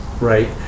right